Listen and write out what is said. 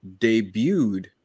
debuted